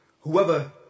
whoever